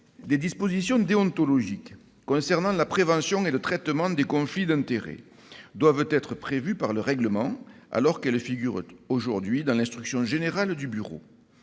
des dispositions déontologiques, concernant la prévention et le traitement des conflits d'intérêts, doivent être inscrites dans le règlement, alors qu'elles figurent aujourd'hui dans l'instruction générale du bureau.